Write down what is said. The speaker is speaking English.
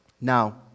now